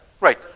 Right